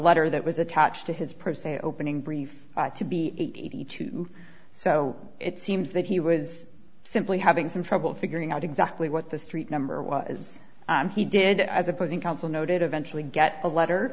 letter that was attached to his per se opening brief to be eighty two so it seems that he was simply having some trouble figuring out exactly what the street number was i'm he did as opposing counsel noted eventually get a letter